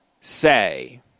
say